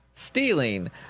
stealing